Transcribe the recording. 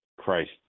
Christ